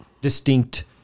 distinct